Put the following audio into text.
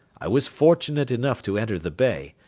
i was fortunate enough to enter the bay,